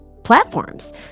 platforms